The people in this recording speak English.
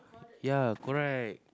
ya correct